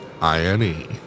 I-N-E